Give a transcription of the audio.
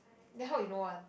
then how you know one